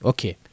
Okay